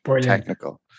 technical